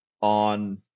on